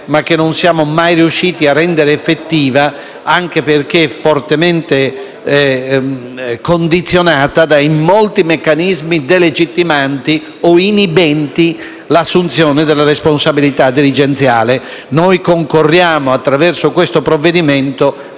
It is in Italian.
ma che non siamo mai riusciti a rendere effettiva, anche perché fortemente condizionata dai molti meccanismi delegittimanti o inibenti l'assunzione di responsabilità dirigenziali. Attraverso questo provvedimento